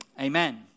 Amen